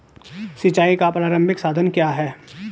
सिंचाई का प्रारंभिक साधन क्या है?